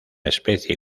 especie